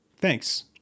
thanks